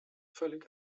völlig